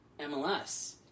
MLS